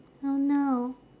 oh no